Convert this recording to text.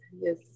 Yes